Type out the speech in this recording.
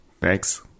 Thanks